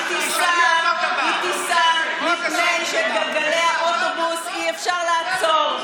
היא תיסע מפני שאת גלגלי האוטובוס אי-אפשר לעצור.